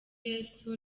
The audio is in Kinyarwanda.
yesu